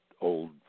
old